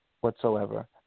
whatsoever